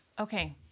Okay